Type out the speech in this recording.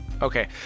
Okay